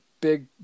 big